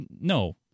no